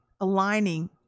aligning